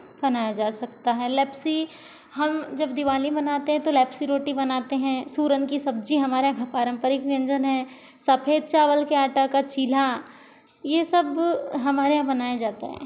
बनाया जा सकता है लैप्सी हम जब दिवाली मानते हैं तो लैप्सी रोटी बनाते हैं सुरन की सब्ज़ी हमारा पारम्परिक व्यंजन है सफेद चावल के आटा का चील्हा ये सब हमारे यहाँ बनाया जाता है